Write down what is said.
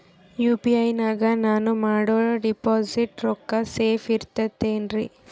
UPI ನಾಗ ನಾನು ಮಾಡೋ ಡಿಪಾಸಿಟ್ ರೊಕ್ಕ ಸೇಫ್ ಇರುತೈತೇನ್ರಿ?